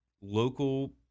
local